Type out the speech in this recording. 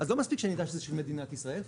אז לא מספיק שאני אדע שזה של מדינת ישראל,